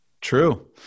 True